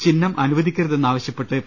ചിഹ്നം അനുവദിക്കരുതെന്നാവശ്യപ്പെട്ട് പി